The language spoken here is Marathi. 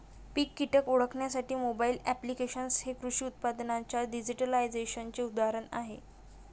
पीक कीटक ओळखण्यासाठी मोबाईल ॲप्लिकेशन्स हे कृषी उत्पादनांच्या डिजिटलायझेशनचे उदाहरण आहे